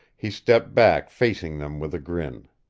he stepped back, facing them with a grin.